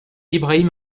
ibrahim